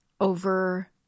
over